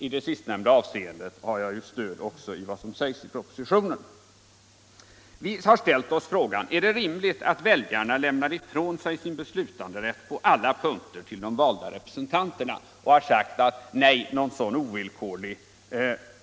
I det sistnämnda avseendet har jag stöd av vad som sägs i propositionen. Vi har ställt oss frågan: Är det rimligt att väljarna lämnar ifrån sig sin beslutanderätt på alla punkter till de valda representanterna? Och vi har sagt oss: Nej,